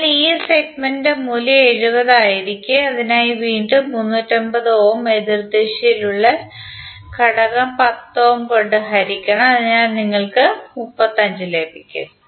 അതിനാൽ ഈ സെഗ്മെന്റ് മൂല്യം 70 ആയിരിക്കും ഇതിനായി വീണ്ടും 350 ഓംഎതിർദിശയിൽ ഉള്ള ഘടകം 10 ഓം കൊണ്ട് ഹരിക്കണം അതിനാൽ നിങ്ങൾക്ക് 35 ലഭിക്കും